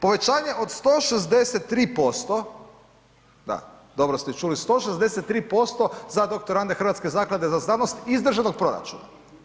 Povećanje od 163%, da, dobro ste čuli, 163% za doktorande Hrvatske zaklade za znanost iz državnog proračuna.